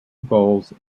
goals